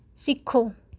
ਸਿੱਖੋ